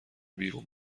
بیرون